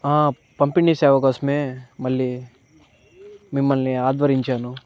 పంపిణీ సేవ కోసమే మళ్ళీ మిమ్మల్ని ఆద్వరించాను